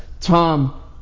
Tom